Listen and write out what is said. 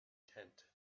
tent